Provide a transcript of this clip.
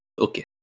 Okay